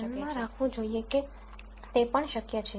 તેથી તમારે ધ્યાનમાં રાખવું જોઈએ કે તે પણ શક્ય છે